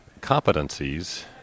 competencies